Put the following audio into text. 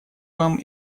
вам